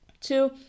Two